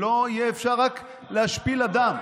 שלא יהיה אפשר רק להשפיל אדם.